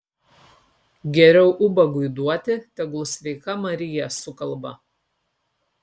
geriau ubagui duoti tegul sveika marija sukalba